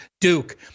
Duke